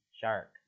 Shark